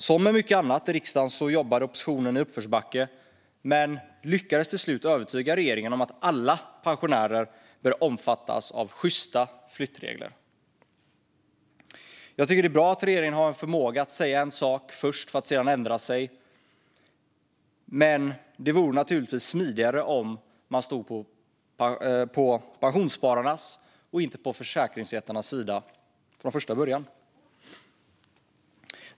Som med mycket annat i riksdagen jobbade oppositionen i uppförsbacke men lyckades till slut övertyga regeringen om att alla pensionärer bör omfattas av sjysta flyttregler. Jag tycker att det är bra att regeringen har en förmåga att säga en sak först för att sedan ändra sig, men det vore naturligtvis smidigare om man skulle stå på pensionsspararnas, och inte på försäkringsjättarnas, sida från första början.